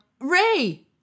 Ray